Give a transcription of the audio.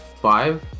five